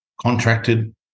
contracted